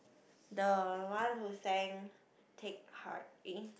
the one who sang Take Heart eh